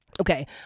Okay